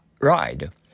ride